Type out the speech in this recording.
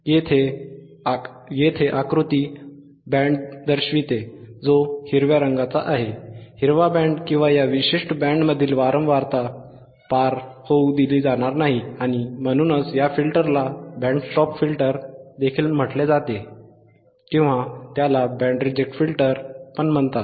येथे आकृती बँड दर्शविते जो हिरव्या रंगाचा आहे हिरवा बँड किंवा या विशिष्ट बँडमधील वारंवारता पार होऊ दिली जाणार नाही आणि म्हणूनच या फिल्टरला बँड स्टॉप फिल्टर देखील म्हटले जाते किंवा त्याला बँड रिजेक्ट फिल्टर म्हणतात